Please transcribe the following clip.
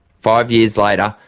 five years later,